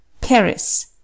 Paris